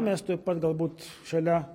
mes tuoj pat galbūt šalia